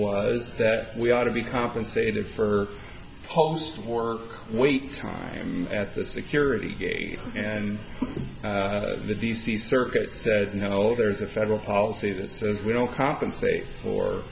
was that we ought to be compensated for post war wait time at the security gate and the d c circuit said no there is a federal policy that says we don't compensate for